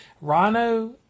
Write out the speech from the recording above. Rhino